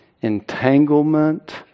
entanglement